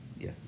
Yes